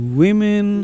women